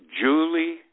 Julie